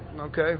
okay